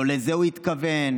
לא לזה הוא התכוון.